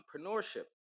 Entrepreneurship